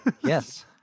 Yes